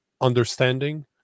understanding